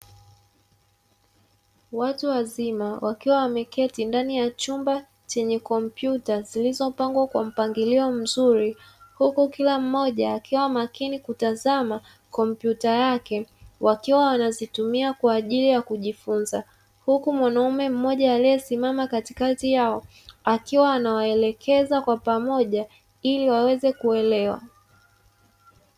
Watu wazima wakiwa wameketi ndani ya chumba chenye kompyuta zilizopangwa kwa mpangilio mzuri huku kila mmoja akiwa makini kutazama kompyuta yake wakiwa wanazitumia kwa ajili ya kujifunza huku mwanamume mmoja aliyesimama katikati yao akiwa anawaelekeza kwa pamoja ili waweze kuelewa.